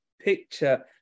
picture